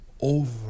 over